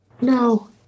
No